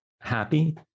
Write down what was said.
happy